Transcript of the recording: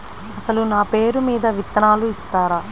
అసలు నా పేరు మీద విత్తనాలు ఇస్తారా?